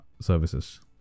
services